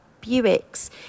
Buick's